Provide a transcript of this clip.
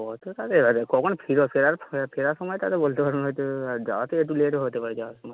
ওতো তাহলে কখন ফেরো ফেরার ফেরার সময় তাহলে বলতে পারব হয়তো যাওয়াতে একটু লেটও হতে পারে যাওয়ার সময়